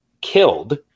killed